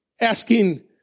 asking